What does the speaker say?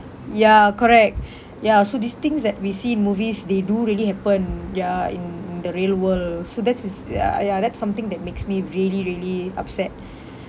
ya correct ya so these things that we see in movies they do really happen ya in in the real world so that's it's ya ya that's something that makes me really really upset